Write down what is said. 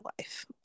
life